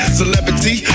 celebrity